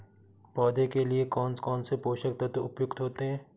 पौधे के लिए कौन कौन से पोषक तत्व उपयुक्त होते हैं?